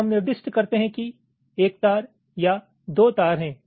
तो हम निर्दिष्ट करते हैं कि एक तार या दो तार है